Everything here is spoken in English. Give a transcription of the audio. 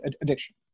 addiction